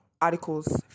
Articles